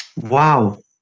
wow